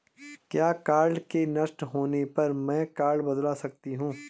क्या कार्ड के नष्ट होने पर में कार्ड बदलवा सकती हूँ?